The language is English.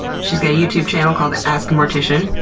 she's got a youtube channel called ask a mortician.